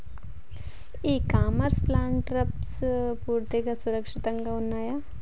ఇ commerce ప్లాట్ఫారమ్లు పూర్తిగా సురక్షితంగా ఉన్నయా?